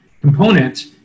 component